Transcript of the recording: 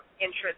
interest